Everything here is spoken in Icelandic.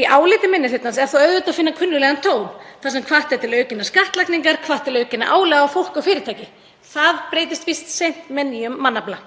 Í áliti minni hlutans er þó auðvitað að finna kunnuglegan tón þar sem hvatt er til aukinnar skattlagningar, hvatt til aukinna álaga á fólk og fyrirtæki. Það breytist víst seint með nýjum mannafla.